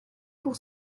pour